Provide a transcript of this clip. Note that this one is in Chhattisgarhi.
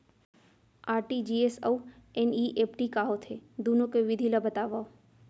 आर.टी.जी.एस अऊ एन.ई.एफ.टी का होथे, दुनो के विधि ला बतावव